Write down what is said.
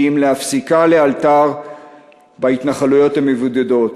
כי אם להפסיקה לאלתר בהתנחלויות המבודדות,